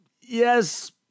yes